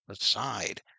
aside